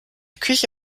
küche